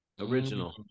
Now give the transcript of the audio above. Original